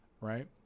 right